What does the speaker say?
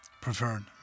preferred